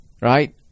right